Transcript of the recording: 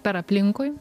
per aplinkui